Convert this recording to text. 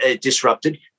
disrupted